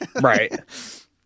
right